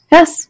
Yes